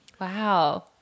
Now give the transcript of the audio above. Wow